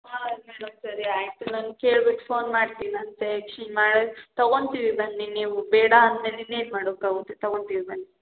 ಹಾಂ ಮೇಡಮ್ ಸರಿ ಆಯಿತು ನಾನು ಕೇಳ್ಬಿಟ್ಟು ಫೋನ್ ಮಾಡ್ತಿನಂತೆ ಎಕ್ಸ್ಚೇಂಜ್ ಮಾ ತಗೊತೀವಿ ಬನ್ನಿ ನೀವು ಬೇಡ ಅಂದರೆ ಇನ್ನೇನು ಮಾಡೋಕಾಗುತ್ತೆ ತಗೊತೀವಿ ಬನ್ನಿ